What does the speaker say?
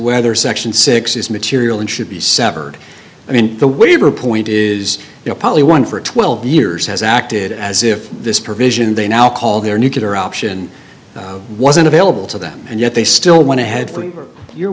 whether section six is material and should be severed i mean the waiver point is probably one for twelve years has acted as if this provision they now call their nuclear option wasn't available to them and yet they still went ahead for your